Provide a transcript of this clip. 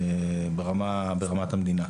ברמת המדינה.